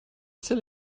zähle